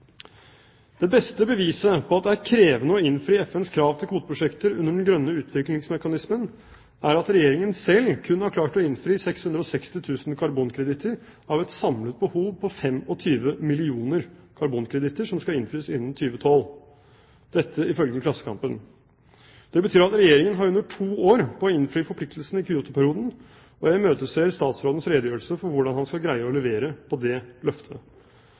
Det beste beviset på at det er krevende å innfri FNs krav til kvoteprosjekter under den grønne utviklingsmekanismen, er at Regjeringen selv kun har klart å innfri 660 000 karbonkreditter av et samlet behov på 25 millioner karbonkreditter som skal innfris innen 2012 – dette ifølge Klassekampen. Det betyr at Regjeringen har under to år på å innfri forpliktelsene i kyotoperioden, og jeg imøteser statsrådens redegjørelse for hvordan han skal greie å levere på det løftet.